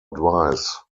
advice